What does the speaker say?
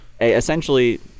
essentially